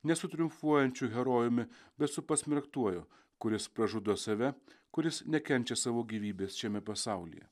ne su triumfuojančiu herojumi bet su pasmerktuoju kuris pražudo save kuris nekenčia savo gyvybės šiame pasaulyje